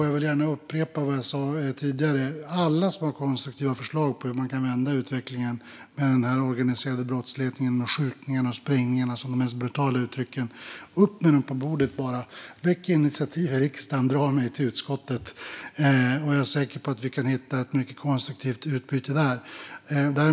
Jag vill gärna upprepa vad jag sa tidigare: Alla som har konstruktiva förslag på hur man kan vända utvecklingen när det gäller den organiserade brottsligheten, med skjutningarna och sprängningarna som de mest brutala uttrycken - upp med dem på bordet bara! Väck initiativ i riksdagen och dra mig till utskottet! Jag är säker på att vi kan hitta ett mycket konstruktivt utbyte där.